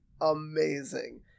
amazing